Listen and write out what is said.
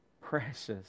Precious